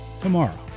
tomorrow